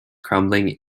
crumbling